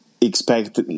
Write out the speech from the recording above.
expect